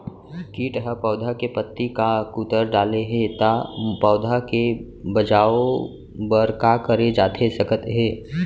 किट ह पौधा के पत्ती का कुतर डाले हे ता पौधा के बचाओ बर का करे जाथे सकत हे?